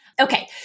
Okay